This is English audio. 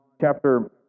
chapter